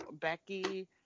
Becky